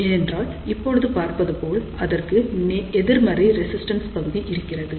ஏனென்றால் இப்போது பார்த்தது போல் அதற்கு எதிர்மறை ரெசிஸ்டன்ஸ் பகுதி இருக்கிறது